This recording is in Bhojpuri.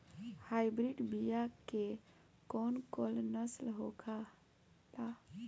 हाइब्रिड बीया के कौन कौन नस्ल होखेला?